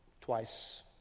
Twice